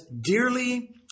dearly